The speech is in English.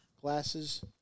glasses